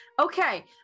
Okay